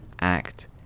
act